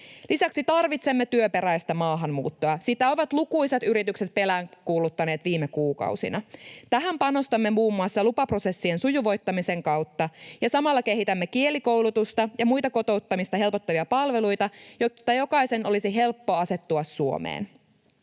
Lisäksi tarvitsemme työperäistä maahanmuuttoa — sitä ovat lukuisat yritykset peräänkuuluttaneet viime kuukausina. Tähän panostamme muun muassa lupaprosessien sujuvoittamisen kautta, ja samalla kehitämme kielikoulutusta ja muita kotouttamista helpottavia palveluita, jotta jokaisen olisi helppo asettua Suomeen.